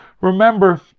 remember